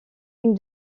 une